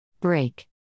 Break